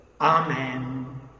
Amen